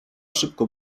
szybko